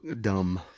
dumb